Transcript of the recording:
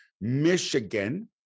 Michigan